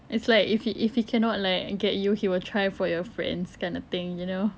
it's like if he if he cannot like get you he will try for your friends kind of thing you know